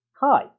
hi